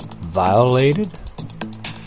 violated